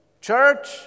Church